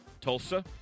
Tulsa